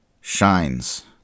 shines